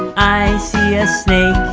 i see a so